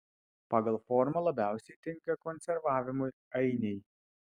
pagal formą labiausiai tinka konservavimui ainiai